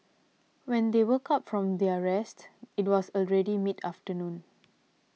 when they woke up from their rest it was already mid afternoon